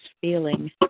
feeling